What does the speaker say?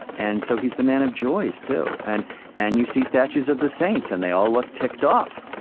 ah and so he's the man of joys too. and and you see statues of the saints, and they all look ticked off.